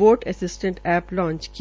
vote assistant app launch किया